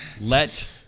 Let